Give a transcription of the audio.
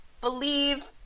believe –